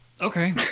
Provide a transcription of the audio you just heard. Okay